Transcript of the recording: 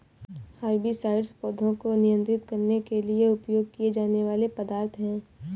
herbicides पौधों को नियंत्रित करने के लिए उपयोग किए जाने वाले पदार्थ हैं